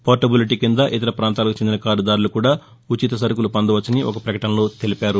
portability కింద ఇతర ప్రాంతాలకు చెందిన కార్డుదారులు కూడా ఉచిత సరుకులు పొందవచ్చని ఒక పకటనలో తెలిపారు